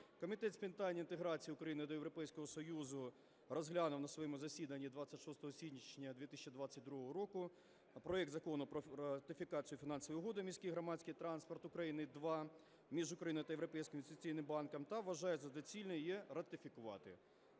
Комітет з питань інтеграції України до Європейського Союзу розглянув на своєму засіданні 26 січня 2022 року проект Закону про ратифікацію Фінансової угоди "Міський громадський транспорт України II" між Україною та Європейським інвестиційним банком та вважає за доцільне її ратифікувати.